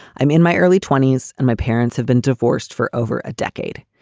i'm in my early twenty s and my parents have been divorced for over a decade.